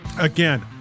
again